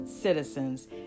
citizens